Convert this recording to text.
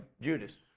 Judas